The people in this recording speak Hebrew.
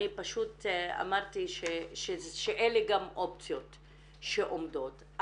אני פשוט אמרתי שאלה גם אופציות שעומדות.